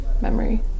memory